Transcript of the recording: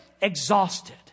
exhausted